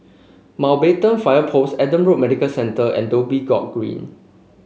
Mountbatten Fire Post Adam Road Medical Centre and Dhoby Ghaut Green